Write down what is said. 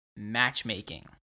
Matchmaking